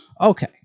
Okay